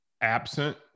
absent